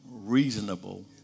Reasonable